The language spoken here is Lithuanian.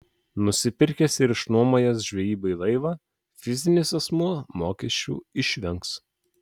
nusipirkęs ir išnuomojęs žvejybai laivą fizinis asmuo mokesčių išvengs